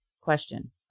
Question